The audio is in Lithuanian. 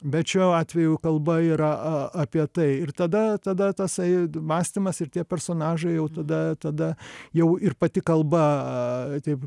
bet bet šiuo atveju kalba yra apie tai ir tada tada tasai mąstymas ir tie personažai jau tada tada jau ir pati kalba taip